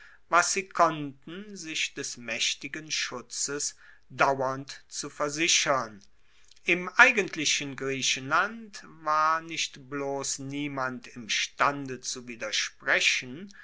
was sie konnten sich des maechtigen schutzes dauernd zu versichern im eigentlichen griechenland war nicht bloss niemand imstande zu widersprechen